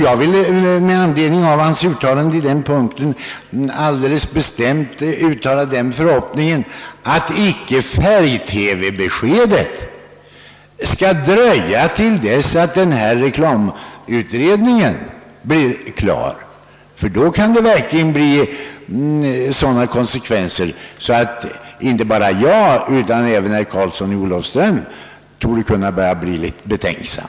Jag vill med anledning av hans ord uttala den bestämda förhoppningen att beskedet om färg-TV inte skall dröja tills reklamutredningen är klar, ty då kan konsekvenserna verkligen bli sådana att inte bara jag utan även herr Karlsson i Olofström har anledning att vara betänksam.